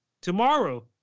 tomorrow